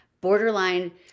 borderline